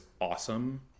awesome